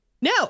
no